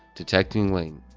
detecting lane.